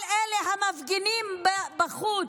כל אלה המפגינים בחוץ,